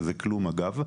שזה כלום אגב.